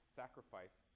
sacrifice